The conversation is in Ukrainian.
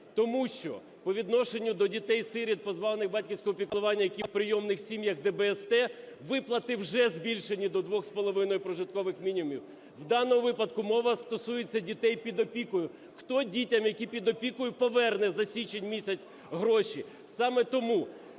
тому що по відношенню до дітей-сиріт, позбавлених батьківського піклування, які в прийомних сім'ях, ДБСТ, виплати вже збільшені до 2,5 прожиткових мінімумів. В даному випадку мова стосується дітей під опікою. Хто дітям, які під опікою, поверне за січень місяць гроші? Саме тому,